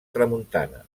tramuntana